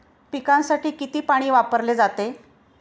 पिकांसाठी किती पाणी वापरले जाते?